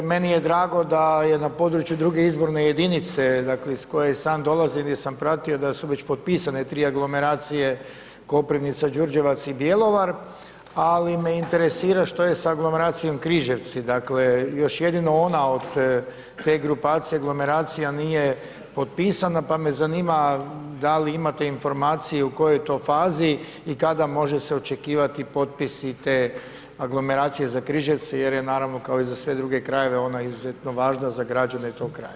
Meni je drago da na području druge izborne jedinice, dakle iz koje i sam dolazim gdje sam pratio da su već potpisane 3 aglomeracije, Koprivnica, Đurđevac i Bjelovar ali me interesira što je sa aglomeracijom Križevci, dakle još jedino ona od te grupacije aglomeracija nije potpisana, pa me zanima da li imate informaciju u kojoj je to fazi i kada može se očekivati potpisi i te aglomeracije za Križevce jer je naravno kao i za sve druge krajeve ona izuzetno važna za građane tog kraja.